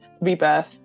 rebirth